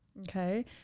Okay